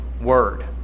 word